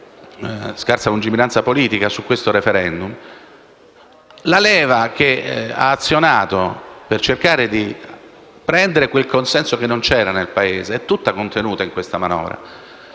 la leva che ha azionato per cercare di prendere quel consenso, che nel Paese non c'era, è tutta contenuta nella manovra